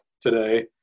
today